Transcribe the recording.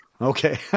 okay